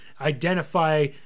identify